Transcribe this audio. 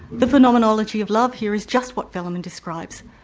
the phenomenology of love here is just what velleman describes,